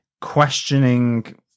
questioning